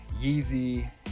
Yeezy